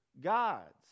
gods